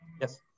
Yes